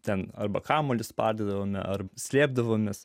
ten arba kamuolį spardydavome ar slėpdavomės